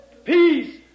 peace